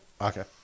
Okay